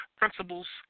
principles